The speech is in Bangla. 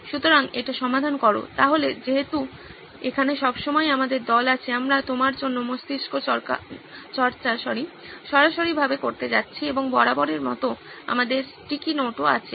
সুতরাং এটি সমাধান করো তাহলে যেহেতু এখানে সবসময় আমাদের দল আছে আমরা তোমার জন্য মস্তিষ্কচর্চা সরাসরিভাবে করতে যাচ্ছি এবং বরাবরের মতো আমাদের স্টিকি নোটও আছে